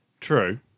True